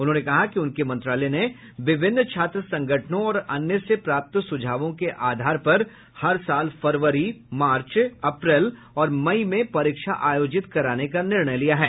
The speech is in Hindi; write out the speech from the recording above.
उन्होंने कहा कि उनके मंत्रालय ने विभिन्न छात्र संगठनों और अन्य से प्राप्त सुझावों के आधार पर हर साल फरवरी मार्च अप्रैल और मई में परीक्षा आयोजित कराने का निर्णय लिया है